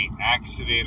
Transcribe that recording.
accident